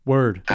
Word